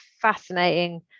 fascinating